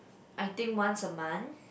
I think once a month